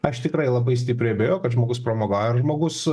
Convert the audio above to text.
aš tikrai labai stipriai abejoju kad žmogus pramogavęs žmogus